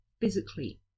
physically